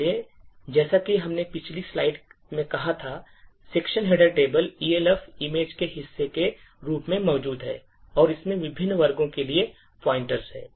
इसलिए जैसा कि हमने पिछली slide में कहा था section header table Elf image के हिस्से के रूप में मौजूद है और इसमें विभिन्न वर्गों के लिए pointers हैं